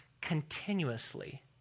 continuously